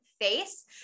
face